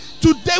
Today